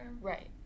right